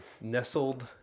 nestled